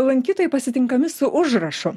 lankytojai pasitinkami su užrašu